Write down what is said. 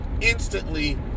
instantly